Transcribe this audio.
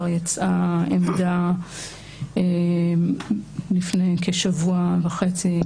יצאה עמדה לפני כשבוע וחצי מטעם היועץ.